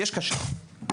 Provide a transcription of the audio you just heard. יש כשר,